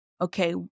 okay